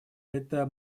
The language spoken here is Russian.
это